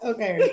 Okay